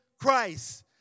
Christ